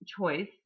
choice